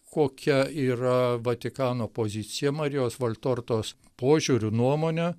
kokia yra vatikano pozicija marijos valtortos požiūriu nuomone